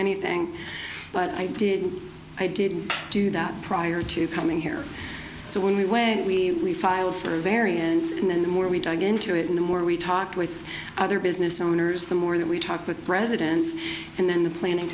anything but i didn't i didn't do that prior to coming here so when we went we file for a variance and the more we dug into it and the more we talked with other business owners the more that we talk with residents and then the planning